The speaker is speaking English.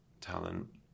talent